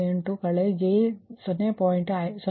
9888 j 0